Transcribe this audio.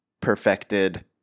perfected